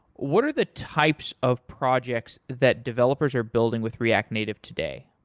what are the types of projects that developers are building with react native today?